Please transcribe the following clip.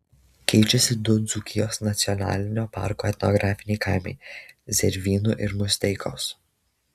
keičiasi du dzūkijos nacionalinio parko etnografiniai kaimai zervynų ir musteikos